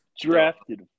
Drafted